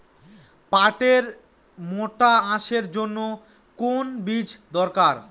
পাটের মোটা আঁশের জন্য কোন বীজ দরকার?